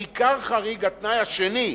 ובעיקר חריג התנאי השני,